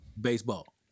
Baseball